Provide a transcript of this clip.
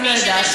אני לא יודעת.